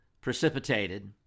precipitated